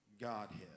Godhead